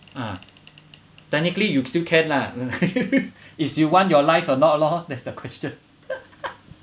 ah technically you still can lah it's you want your life or not lor that's the question